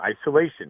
isolation